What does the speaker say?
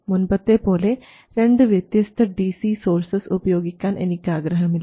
മുൻപത്തെ പോലെ രണ്ട് വ്യത്യസ്ത ഡി സി സോഴ്സസ് ഉപയോഗിക്കാൻ എനിക്ക് ആഗ്രഹമില്ല